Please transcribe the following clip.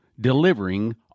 delivering